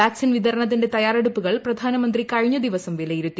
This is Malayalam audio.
വാക്സിൻ വിതരണത്തിന്റെ തയ്യാറെടുപ്പുകൾ പ്രധാനമന്ത്രി കഴിഞ്ഞ ദിവസം വിലയിരുത്തി